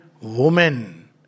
woman